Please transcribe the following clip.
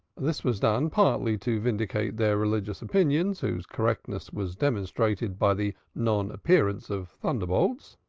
this was done partly to vindicate their religious opinions whose correctness was demonstrated by the non-appearance of thunderbolts,